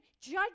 judge